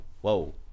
whoa